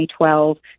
2012